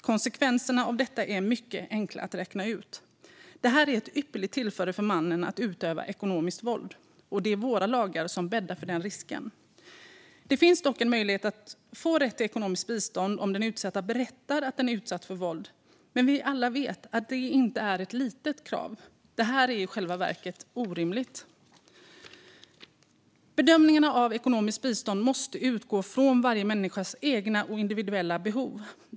Konsekvenserna av detta är mycket enkla att räkna ut. Det här är ett ypperligt tillfälle för mannen att utöva ekonomiskt våld, och det är våra lagar som bäddar för den risken. Det finns dock en möjlighet att få rätt till ekonomiskt bistånd om den utsatta berättar att den är utsatt för våld. Men vi vet alla att detta inte är ett litet krav. Det här är i själva verket orimligt. Bedömningarna av ekonomiskt bistånd måste utgå från varje människas egna och individuella behov.